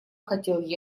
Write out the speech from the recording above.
хотел